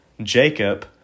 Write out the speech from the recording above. Jacob